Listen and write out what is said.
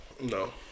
no